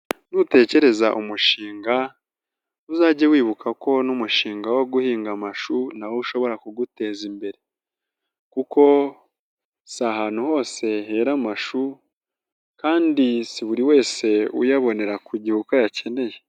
Nutekereza umushinga uzajye wibuka ko n'umushinga wo guhinga amashu na wo ushobora kuguteza imbere kuko si ahantu hose hera amashu kandi si buri wese uyabonera ku gihe uko ayakeneye.